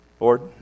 Lord